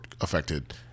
affected